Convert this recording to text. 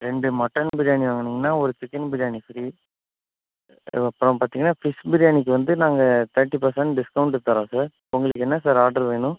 ரெண்டு மட்டன் பிரியாணி வாங்குனிங்கன்னா ஒரு சிக்கன் பிரியாணி ஃப்ரீ அப்புறோம் பார்த்திங்கனா ஃபிஷ் பிரியாணிக்கு வந்து நாங்கள் தேர்ட்டி பர்சென்ட் டிஸ்கௌண்ட்டு தரோம் சார் உங்களுக்கு என்ன சார் ஆர்ட்ரு வேணும்